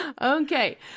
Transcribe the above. Okay